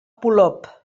polop